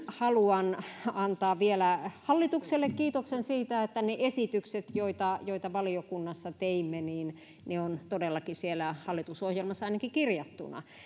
haluan antaa hallitukselle kiitoksen vielä siitäkin että ne esitykset joita joita valiokunnassa teimme ovat todellakin hallitusohjelmassa ainakin kirjattuina